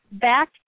back